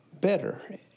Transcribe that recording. better